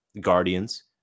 guardians